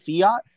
fiat